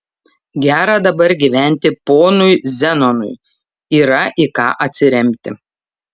gera dabar gyventi ponui zenonui yra į ką atsiremti